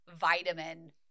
vitamin